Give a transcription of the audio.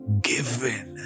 given